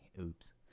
oops